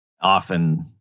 often